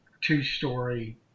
two-story